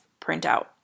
printout